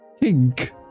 Pink